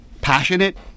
passionate